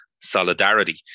solidarity